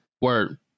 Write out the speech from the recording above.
Word